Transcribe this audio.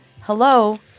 Hello